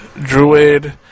Druid